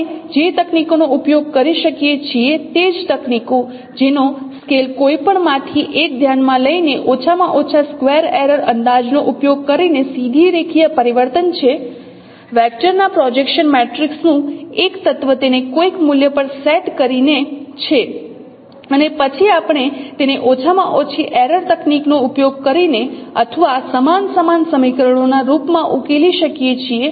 આપણે જે તકનીકોનો ઉપયોગકરી શકીએ છીએ તે જ તકનીકો જેનો સ્કેલ કોઈપણમાંથી એક ધ્યાનમાં લઈને ઓછામાં ઓછા સ્ક્વેર એરર અંદાજનો ઉપયોગ કરીને સીધી રેખીય પરિવર્તન છે વેક્ટરના પ્રોજેક્શન મેટ્રિક્સ નું એક તત્વ તેને કોઈક મૂલ્ય પર સેટ કરીને છે અને પછી આપણે તેને ઓછામાં ઓછી એરર તકનીક નો ઉપયોગ કરીને અથવા સમાન સમાન સમીકરણોના રૂપ માં ઉકેલી શકીએ છીએ